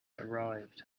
arrived